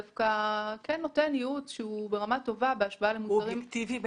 הוא דווקא כן נותן ייעוץ ברמה טובה בהשוואה -- הוא אובייקטיבי בעיניך?